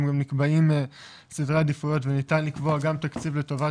גם נקבעים סדרי עדיפויות וניתן לקבוע גם תקציב לטובת